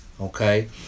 Okay